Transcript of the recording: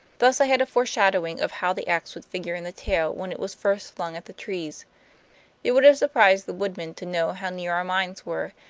thus i had a foreshadowing of how the ax would figure in the tale when it was first flung at the trees it would have surprised the woodman to know how near our minds were,